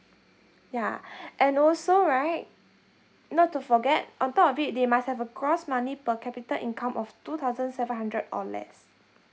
yeah and also right not to forget on top of it they must have a gross monthly per capita income of two thousand seven hundred or less